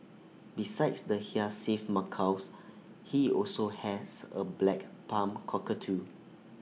besides the hyacinth macaws he also has A black palm cockatoo